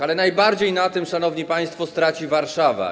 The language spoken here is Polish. Ale najbardziej na tym, szanowni państwo, straci Warszawa.